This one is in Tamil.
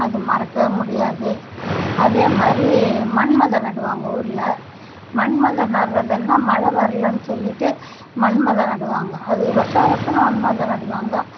அது மறக்கவே முடியாது அதே மாதிரி மன்மத நடுவாங்க ஊரில் மன்மத நடுறதுன்னா மழை வரலன்னு சொல்லிட்டு மன்மத நடுவாங்க அது வருஷா வருஷம் அந்த மன்மத நடுவாங்க